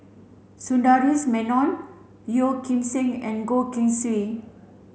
Sundaresh Menon Yeo Kim Seng and Goh Keng Swee